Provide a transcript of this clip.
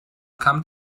come